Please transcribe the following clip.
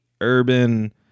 urban